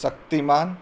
શક્તિમાન